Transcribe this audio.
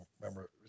remember